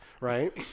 right